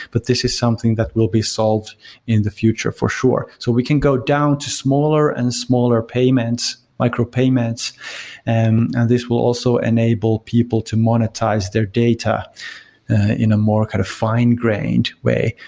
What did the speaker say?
but this is something that will be solved in the future for sure. so we can go down to smaller and smaller payments, micro-payments and this will also enable people to monetize their data in a more kind of fine-grained way.